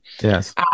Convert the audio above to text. Yes